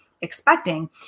expecting